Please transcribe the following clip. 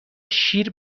شیر